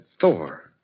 Thor